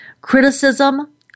criticism